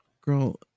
girl